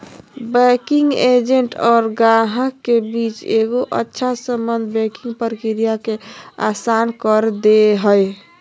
banking agent और गाहक के बीच एगो अच्छा सम्बन्ध बैंकिंग प्रक्रिया के आसान कर दे हय